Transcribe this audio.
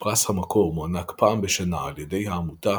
פרס המקור מוענק פעם בשנה על ידי העמותה